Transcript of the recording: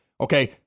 Okay